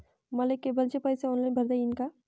मले केबलचे पैसे ऑनलाईन भरता येईन का?